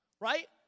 right